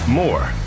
more